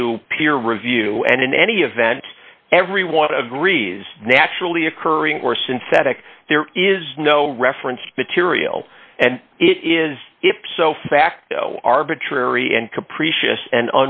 to peer review and in any event everyone agrees naturally occurring or synthetic there is no reference material and it is if so facto arbitrary and capricious and